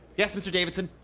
yes, mr. davidson.